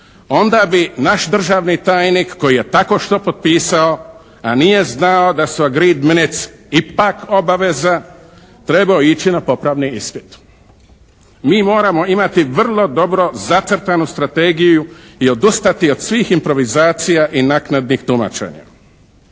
onda bi naš državni tajnik koji je tako što potpisao, a nije znao da su "agrees minutes" ipak obaveza, trebao ići na popravni ispit. Mi moramo imati vrlo dobro zacrtanu strategiju i odustati od svih improvizacija i naknadnih tumačenja.